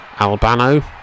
Albano